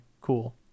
Cool